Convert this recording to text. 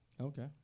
Okay